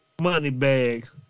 Moneybags